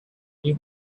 new